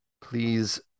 please